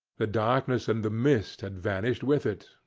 the darkness and the mist had vanished with it,